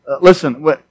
Listen